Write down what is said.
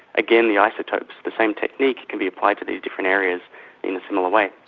again, the isotopes, the same technique can be applied to these different areas in a similar way.